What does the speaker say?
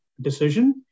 decision